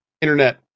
internet